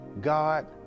God